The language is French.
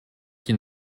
qui